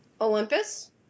Olympus